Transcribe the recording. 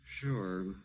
Sure